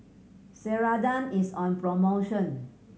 Ceradan is on promotion